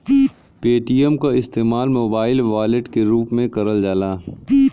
Paytm क इस्तेमाल mobile wallet के रूप में करल जाला